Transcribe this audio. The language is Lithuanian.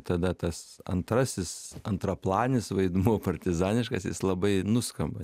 tada tas antrasis antraplanis vaidmuo partizaniškas jis labai nuskamba